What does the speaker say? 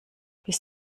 bis